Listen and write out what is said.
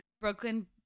Brooklyn